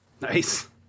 Nice